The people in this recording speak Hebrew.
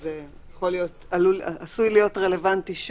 זה עשוי להיות רלוונטי שוב,